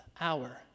hour